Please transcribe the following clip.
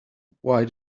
why